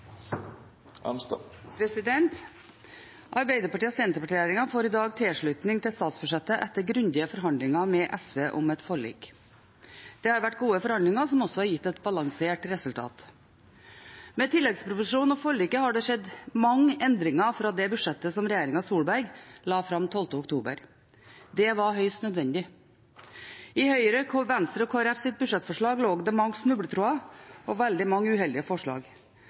statsbudsjettet etter grundige forhandlinger med SV om et forlik. Det har vært gode forhandlinger, som også har gitt et balansert resultat. Med tilleggsproposisjonen og forliket har det skjedd mange endringer fra det budsjettet som regjeringen Solberg la fram den 12. oktober. Det var høyst nødvendig. I Høyre, Venstre og Kristelig Folkepartis budsjettforslag lå det mange snubletråder og veldig mange uheldige forslag.